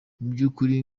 mubyukuri